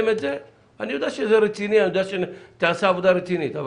את זה ואז אני יודע שתיעשה עבודה רצינית,